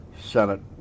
senate